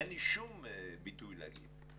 אין לי שום ביטוי להגיד.